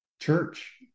church